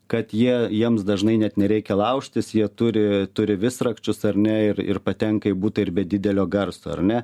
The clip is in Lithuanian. kad jie jiems dažnai net nereikia laužtis jie turi turi visrakčius ar ne ir patenka į butą ir be didelio garso ar ne